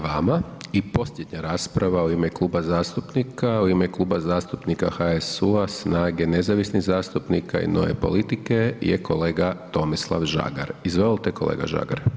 Hvala i vama i posljednja rasprava u ime kluba zastupnika, u ime Kluba zastupnika HSU-a, SNAGA-e, Nezavisnih zastupnika i nove politike je kolega Tomislav Žagar, izvolite kolega Žagar.